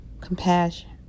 compassion